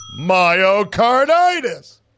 Myocarditis